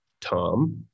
Tom